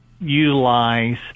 utilize